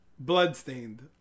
Bloodstained